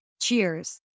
Cheers